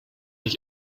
ich